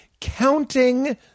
counting